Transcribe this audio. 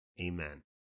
amen